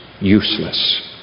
useless